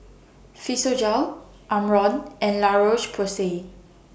Physiogel Omron and La Roche Porsay